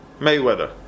Mayweather